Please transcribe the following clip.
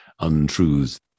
untruths